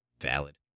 Valid